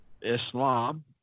Islam